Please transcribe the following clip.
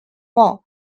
war